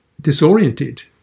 disoriented